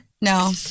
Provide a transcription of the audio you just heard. No